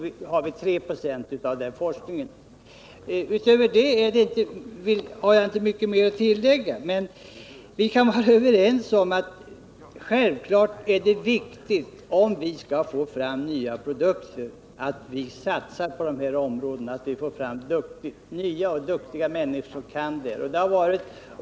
Motsvarande siffra för verkstadsindustrin är 3 96. Jag har inte mycket mer att tillägga om detta, men jag vill ändå framhålla att det självfallet är viktigt att vi, om vi skall få fram nya produkter, satsar på dessa områden och får fram nya förmågor som kan klara de uppgifter som där förekommer.